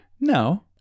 No